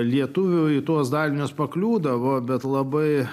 lietuvių į tuos dalinius pakliūdavo bet labai